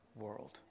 world